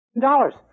dollars